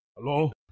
Hello